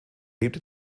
lebte